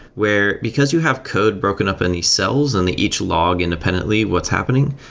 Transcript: where because you have code broken up in these cells and they each log independently what's happening.